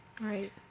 Right